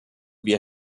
wir